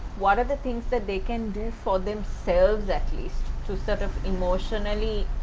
what are the things that they can do for themselves at least to sort of emotionally.